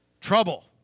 Trouble